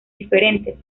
diferentes